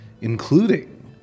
including